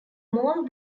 mall